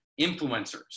influencers